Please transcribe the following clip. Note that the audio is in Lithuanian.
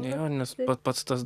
jo nes pa pats tas